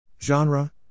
Genre